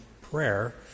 prayer